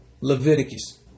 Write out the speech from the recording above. Leviticus